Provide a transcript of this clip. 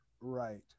right